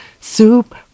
soup